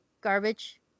garbage